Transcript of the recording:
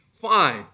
fine